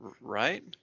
right